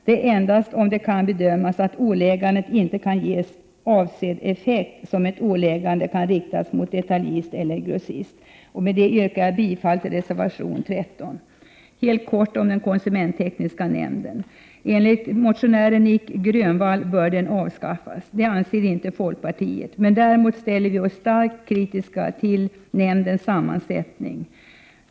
Det är endast om det bedöms att ett sådant åläggande inte kan ge avsedd effekt som ett åläggande kan riktas mot detaljist eller grossist. Jag yrkar bifall till reservation 13. Enligt motionären Nic Grönvall bör den konsumenttekniska nämnden avskaffas. Det anser inte folkpartiet. Däremot ställer vi oss starkt kritiska till nämndens sammansättning.